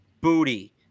Booty